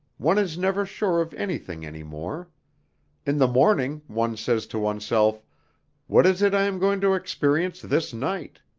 one is never sure of anything any more in the morning one says to oneself what is it i am going to experience this night?